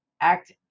act